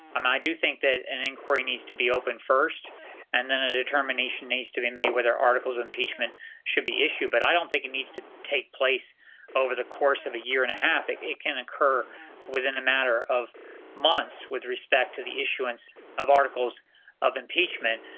and i do think that an inquiry needs to be opened first and then a determination needs to be made whether articles of impeachment should be issued. but i don't think it needs to take place over the course of a year and a half. it it can occur within a matter of months, with respect to the issuance of articles of impeachment.